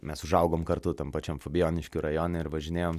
mes užaugom kartu tam pačiam fabijoniškių rajone ir važinėjom